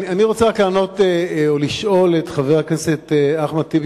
אני רוצה רק לענות או לשאול את חבר הכנסת אחמד טיבי,